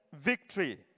victory